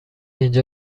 اینجا